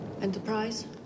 Enterprise